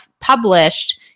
published